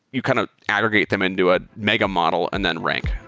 you kind of aggregate them into a mega model and then rank